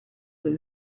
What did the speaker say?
del